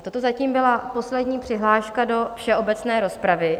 Toto zatím byla poslední přihláška do všeobecné rozpravy.